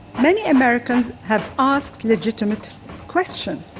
many americans have asked legitimate questions.